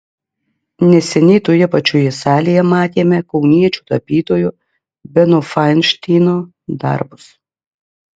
neseniai toje pačioje salėje matėme kauniečio tapytojo beno fainšteino darbus